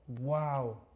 Wow